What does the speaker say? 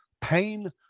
pain